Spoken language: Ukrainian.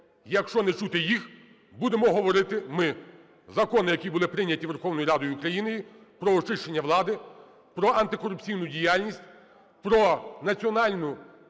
Якщо не чути їх, будемо говорити ми. Закони, які були прийняті Верховною Радою України про очищення влади, про антикорупційну діяльність, про національну